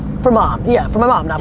for mom. yeah for my mom, not